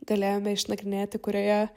galėjome išnagrinėti kurioje